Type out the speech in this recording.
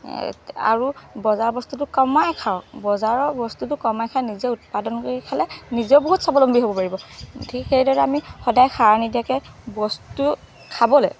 আৰু বজাৰৰ বস্তুটো কমাই খাওক বজাৰৰ বস্তুটো কমাই খাই নিজে উৎপাদন কৰি খালে নিজেই বহুত স্বাৱলম্বী হ'ব পাৰিব ঠিক সেইদৰে আমি সদায় সাৰ নিদিয়াকৈ বস্তু খাবলৈ